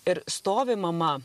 ir stovi mama